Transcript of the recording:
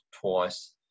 twice